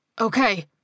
Okay